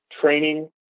training